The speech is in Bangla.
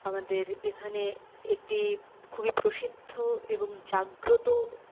আমাদের এখানে একটি খুবই প্রসিদ্ধ এবং জাগ্রত